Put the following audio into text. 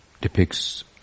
depicts